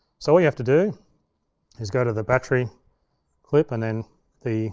so what you have to do is go to the battery clip, and then the